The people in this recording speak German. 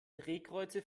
drehkreuze